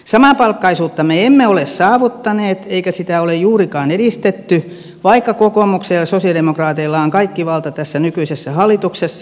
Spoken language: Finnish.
samapalkkaisuutta me emme ole saavuttaneet eikä sitä ole juurikaan edistetty vaikka kokoomuksella ja sosialidemokraateilla on kaikki valta tässä nykyisessä hallituksessa